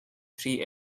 three